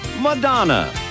Madonna